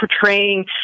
portraying